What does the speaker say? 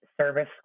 service